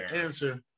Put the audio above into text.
answer